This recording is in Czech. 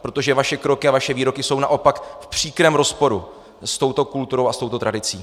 Protože vaše kroky a vaše výroky jsou naopak v příkrém rozporu s touto kulturou a s touto tradicí.